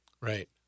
Right